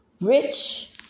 Rich